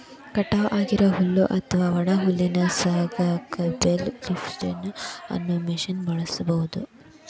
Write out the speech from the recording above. ಕಟಾವ್ ಆಗಿರೋ ಹುಲ್ಲು ಅತ್ವಾ ಒಣ ಹುಲ್ಲನ್ನ ಸಾಗಸಾಕ ಬೇಲ್ ಲಿಫ್ಟರ್ ಅನ್ನೋ ಮಷೇನ್ ಬಳಸ್ಬಹುದು